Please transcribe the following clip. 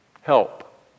Help